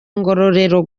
ngororero